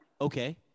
Okay